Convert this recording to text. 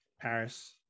paris